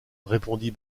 répondit